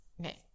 Okay